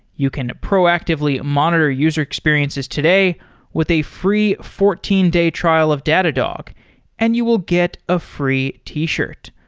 you can proactively monitor user experiences today with a free fourteen day trial of datadog and you will get a free t-shirt.